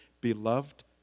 beloved